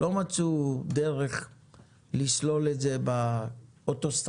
לא מצאו דרך לסלול את זה באוטוסטרדות,